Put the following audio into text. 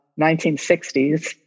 1960s